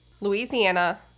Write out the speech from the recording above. Louisiana